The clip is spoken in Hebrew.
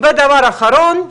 ודבר אחרון,